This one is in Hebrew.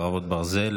חרבות ברזל),